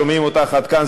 שומעים אותך עד כאן,